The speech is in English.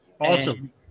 Awesome